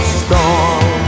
storm